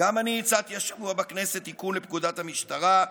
גם אני הצעתי השבוע בכנסת תיקון לפקודת המשטרה,